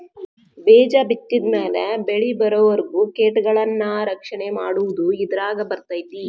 ಬೇಜ ಬಿತ್ತಿದ ಮ್ಯಾಲ ಬೆಳಿಬರುವರಿಗೂ ಕೇಟಗಳನ್ನಾ ರಕ್ಷಣೆ ಮಾಡುದು ಇದರಾಗ ಬರ್ತೈತಿ